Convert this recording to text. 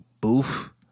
Boof